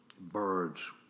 Birds